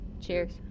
cheers